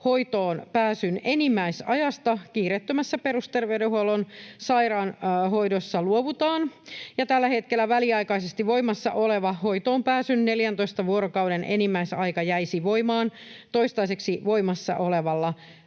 hoitoonpääsyn enimmäisajasta kiireettömässä perusterveydenhuollon sairaanhoidossa luovutaan ja tällä hetkellä väliaikaisesti voimassa oleva hoitoonpääsyn 14 vuorokauden enimmäisaika jäisi voimaan toistaiseksi voimassa olevalla